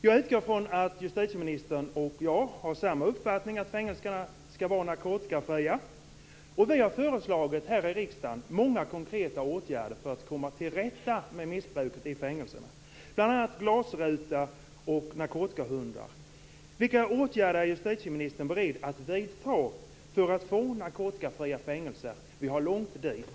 Jag utgår från att justitieministern och jag har samma uppfattning om att fängelserna skall vara narkotikafria. Vi har här i riksdagen föreslagit många konkreta åtgärder för att komma till rätta med missbruket i fängelserna, bl.a. glasruta och narkotikahundar. Vilka åtgärder är justitieministern beredd att vidta för att vi skall få narkotikafria fängelser? Vi har långt dit.